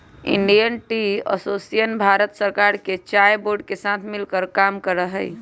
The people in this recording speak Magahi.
इंडियन टी एसोसिएशन भारत सरकार के चाय बोर्ड के साथ मिलकर काम करा हई